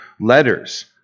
letters